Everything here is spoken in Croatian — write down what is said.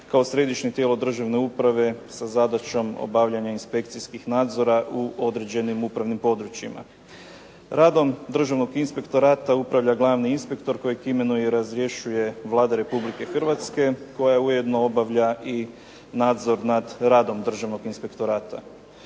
kao središnje tijelo državne uprave sa zadaćom obavljanja inspekcijskih nadzora u određenim upravnim područjima. Radom Državnog inspektorata upravlja glavni inspektor kojeg imenuje i razrješuje Vlada Republike Hrvatske koja ujedno obavlja i nadzor nad radom Državnog inspektorata.